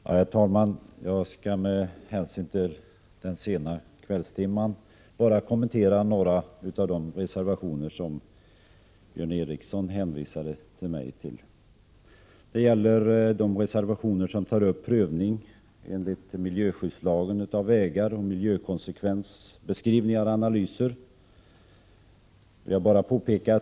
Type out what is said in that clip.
Herr talman! Jag skall med hänsyn till den sena timmen bara kommentera några av de reservationer som finns fogade till betänkandet där Björn Ericson har hänvisat till mig. De gäller de reservationer som tar upp prövning enligt miljöskyddslagen av vägar, miljökonsekvensbeskrivningar och miljökonsekvensanalyser.